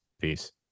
Peace